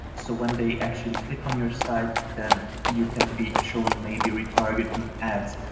so when they actually click on your site, then you can be showing maybe retargeting ads.